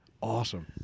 Awesome